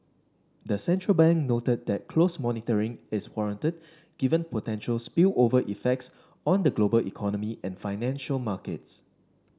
the central bank noted that close monitoring is warranted given potential spillover effects on the global economy and financial markets